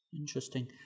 Interesting